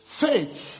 faith